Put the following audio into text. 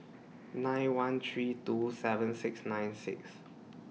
nine one three two seven six nine six